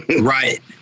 Right